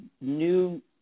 new